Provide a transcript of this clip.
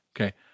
Okay